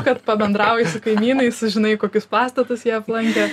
kad pabendrauji su kaimynais sužinai kokius pastatus jie aplankė